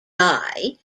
die